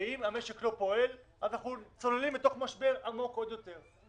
אם המשק לא פועל אנחנו צוללים לתוך משבר עמוק עוד יותר.